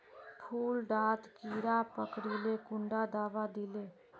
फुल डात कीड़ा पकरिले कुंडा दाबा दीले?